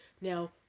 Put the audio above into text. Now